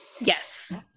Yes